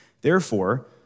Therefore